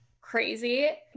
crazy